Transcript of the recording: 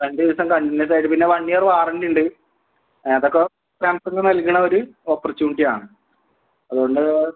രണ്ട് ദിവസം കണ്ടിന്യൂസ് ആയിട്ട് പിന്നെ വൺ ഇയർ വാറണ്ടിയുണ്ട് അതൊക്കെ സാംസങ് നൽകുന്ന ഒരു ഓപ്പർച്യുണിറ്റിയാണ് അതുകൊണ്ട്